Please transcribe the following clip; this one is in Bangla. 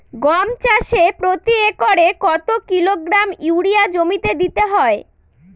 গম চাষে প্রতি একরে কত কিলোগ্রাম ইউরিয়া জমিতে দিতে হয়?